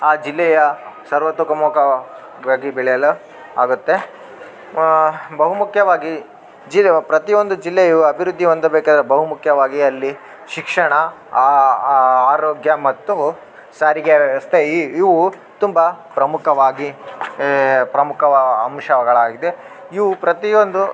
ಆ ಜಿಲ್ಲೆಯ ಸರ್ವತೋಮುಖಗಾಗಿ ಬೆಳೆಯಲು ಆಗುತ್ತೆ ಬಹು ಮುಖ್ಯವಾಗಿ ಜಿ ಪ್ರತಿಯೊಂದು ಜಿಲ್ಲೆಯು ಅಭಿವೃದ್ದಿ ಹೊಂದಬೇಕಾದ್ರೆ ಬಹು ಮುಖ್ಯವಾಗಿ ಅಲ್ಲಿ ಶಿಕ್ಷಣ ಆರೋಗ್ಯ ಮತ್ತು ಸಾರಿಗೆ ವ್ಯವಸ್ಥೆ ಈ ಇವು ತುಂಬ ಪ್ರಮುಖವಾಗಿ ಪ್ರಮುಖ ಅಂಶಗಳಾಗಿದೆ ಇವು ಪ್ರತಿಯೊಂದು